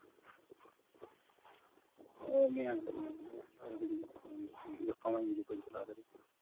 ᱚ ᱢᱤᱭᱟᱝ ᱦᱤᱞᱳᱜ ᱢᱤᱭᱟᱝ ᱦᱤᱞᱳᱜ ᱦᱤᱲᱤᱧ ᱟᱠᱟᱫ ᱛᱟᱦᱮᱸᱱᱟᱹᱧ ᱜᱟᱯᱟ ᱢᱟ ᱵᱟᱹᱧ ᱪᱟᱞᱟᱣ ᱫᱟᱲᱮᱭᱟᱜ